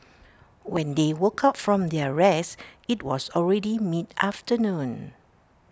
when they woke up from their rest IT was already mid afternoon